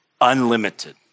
Unlimited